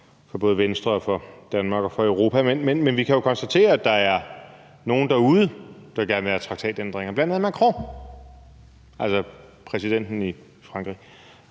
for både Venstre og for Danmark og for Europa. Men vi kan jo så konstatere, at der nogle derude, der gerne vil have traktatændringer, bl.a. Macron, altså præsidenten i Frankrig,